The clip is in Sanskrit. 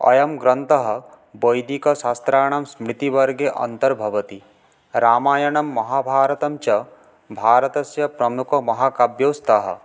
अयं ग्रन्थः वैदिकशास्त्राणां स्मृतिवर्गे अन्तर्भवति रामायणं महाभारतञ्च भारतस्य प्रमुखमहाकाव्यौ स्तः